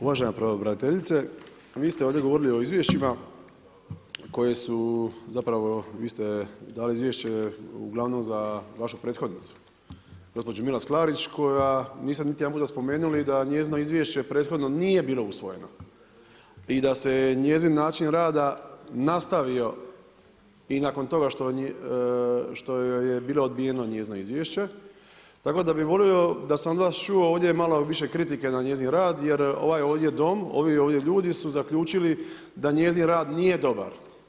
Uvažena pravobraniteljice, vi ste ovdje govorili o izvješćima koje su zapravo vi ste dali izvješće uglavnom za vašu prethodnicu, gospođu Milas-Klarić koja, niste niti jedanput spomenuli da njezino izvješće prethodno nije bilo usvojeno i da se njezin način rada nastavio i nakon toga što joj je bilo odbijeno njezino izvješće, tako da bih volio da sam od vas čuo ovdje malo više kritike na njezin rad jer ovaj ovdje dom, ovi ovdje ljudi su zaključili da njezin rad nije dobar.